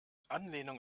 anlehnung